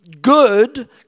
good